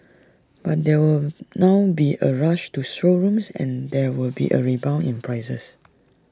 but there will now be A rush to showrooms and there will be A rebound in prices